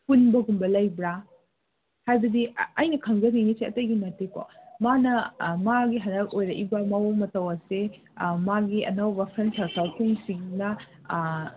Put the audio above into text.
ꯄꯨꯟꯕꯒꯨꯝꯕ ꯂꯩꯕ꯭ꯔꯥ ꯍꯥꯏꯕꯗꯤ ꯑꯩꯅ ꯈꯪꯖꯅꯤꯡꯉꯤꯁꯦ ꯑꯇꯩꯒꯤ ꯅꯠꯇꯦꯀꯣ ꯃꯥꯅ ꯃꯥꯒꯤ ꯍꯟꯗꯛ ꯑꯣꯏꯔꯛꯏꯕ ꯃꯑꯣꯡ ꯃꯇꯧ ꯑꯁꯤ ꯃꯥꯒꯤ ꯑꯅꯧꯕ ꯐ꯭ꯔꯦꯟ ꯁꯥꯔꯀꯜꯁꯤꯡꯁꯤꯅ